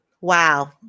Wow